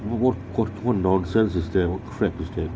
wha~ what what nonsense is that what crap is that